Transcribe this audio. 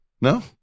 No